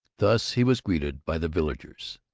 thus he was greeted by the villagers.